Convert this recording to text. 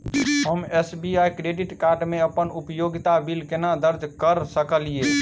हम SBI credit card मे अप्पन उपयोगिता बिल केना दर्ज करऽ सकलिये?